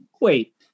wait